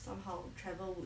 somehow travel will